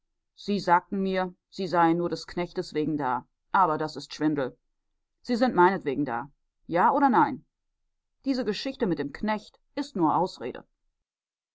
sie sagten mir sie seien nur des knechtes wegen da aber das ist schwindel sie sind meinetwegen da ja oder nein diese geschichte mit dem knecht ist nur ausrede